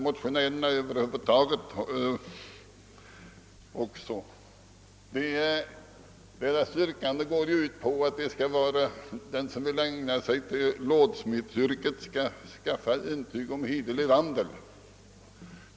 Motionärernas yrkande går ut på att den som vill ägna sig åt låssmedsyrket skall skaffa ett intyg om hederlig vandel.